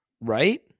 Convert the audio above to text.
right